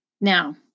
Now